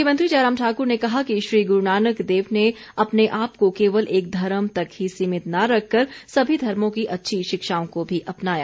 मुख्यमंत्री जयराम ठाक्र ने कहा कि श्री गुरू नानक देव ने अपने आप को केवल एक धर्म तक ही सीमित न रखकर सभी धर्मों की अच्छी शिक्षाओं को भी अपनाया